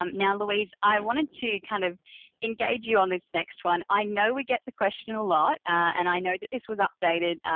um now, louise, i wanted to kind of engage you on this next one. i know we get the question a lot, and i know that this was updated.